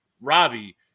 Robbie